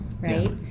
right